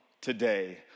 today